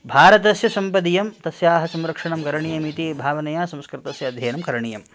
भारतस्य सम्पदियं तस्याः संरक्षणं करणीयम् इति भावनया संस्कृतस्य अध्ययनं करणीयम्